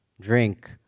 drink